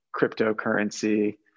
cryptocurrency